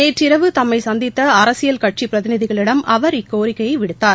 நேற்று இரவு தம்மைசந்தித்தஅரசியல் கட்சிபிரதிநிதிகளிடம் அவர் இக்கோரிக்கையைவிடுத்தார்